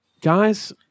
Guys